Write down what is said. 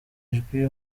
ijwi